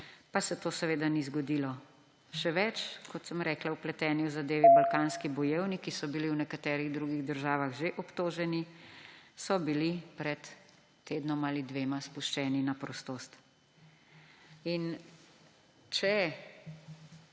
pa se to seveda ni zgodilo. Še več, kot sem rekla, vpleteni v zadevo Balkanski bojevniki so bili v nekaterih drugih državah že obtoženi, pri nas pa so bili pred tednom ali dvema spuščeni na prostost. Če